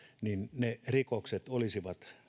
niin että ne rikokset olisivat